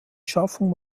schaffung